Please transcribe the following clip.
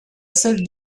seule